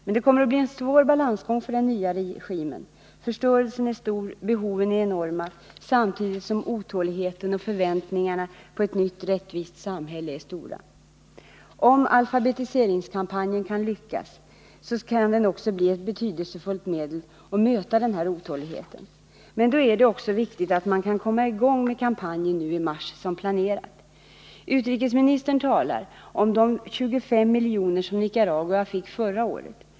Men det kommer att bli en svår balansgång för den nya regimen; förstörelsen är stor, och behoven är enorma samtidigt som otåligheten och förväntningarna på ett nytt, rättvist samhälle är stora. Om alfabetiseringskampanjen lyckas kan den också bli ett betydelsefullt medel att möta denna otålighet. Men då är det också viktigt att man kan komma i gång med kampanjen nu i mars som planerat. Utrikesministern talar om de 25 miljoner som Nicaragua fick förra året.